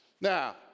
Now